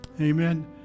Amen